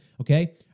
Okay